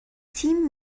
تیم